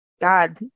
God